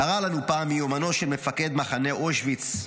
קרא לנו פעם מיומנו של מפקד מחנה אושוויץ,